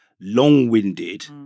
long-winded